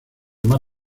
más